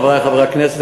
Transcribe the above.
חברי חברי הכנסת,